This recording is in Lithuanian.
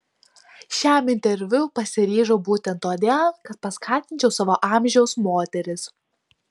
šiam interviu pasiryžau būtent todėl kad paskatinčiau savo amžiaus moteris